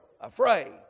afraid